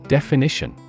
Definition